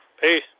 Peace